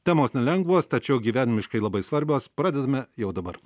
temos nelengvos tačiau gyvenimiškai labai svarbios pradedame jau dabar